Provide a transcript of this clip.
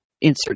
insert